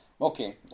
Okay